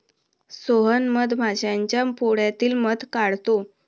सोहन मधमाश्यांच्या पोळ्यातील मध काढतो